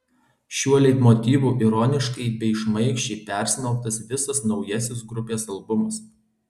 šiuo leitmotyvu ironiškai bei šmaikščiai persmelktas visas naujasis grupės albumas